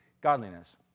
godliness